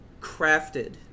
crafted